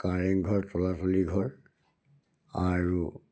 কাৰেংঘৰ তলাতল ঘৰ আৰু